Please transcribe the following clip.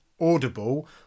Audible